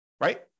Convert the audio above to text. right